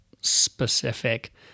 specific